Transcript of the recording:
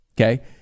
okay